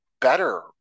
better